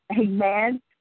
amen